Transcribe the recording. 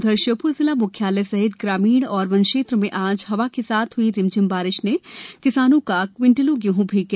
उधरश्योप्र जिला म्ख्यालय सहित ग्रामीण एवं वनक्षेत्र में आज हवा के साथ ह्ई रिमझिम बारिश ने किसानों का क्विंटलों गेंह भींग गया